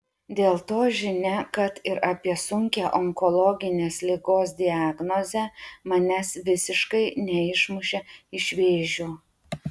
dėl to žinia kad ir apie sunkią onkologinės ligos diagnozę manęs visiškai neišmušė iš vėžių